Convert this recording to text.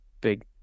big